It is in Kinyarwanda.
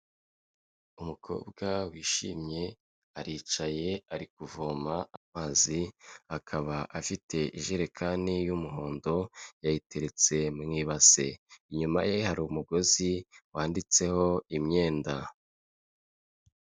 Umukobwa wishimye aricaye ari kuvoma amazi, akaba afite ijerekani y'umuhondo, yayiteretse mu ibase, inyuma ye hari umugozi wanitseho imyenda.